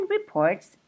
reports